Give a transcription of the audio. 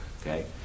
okay